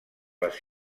les